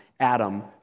Adam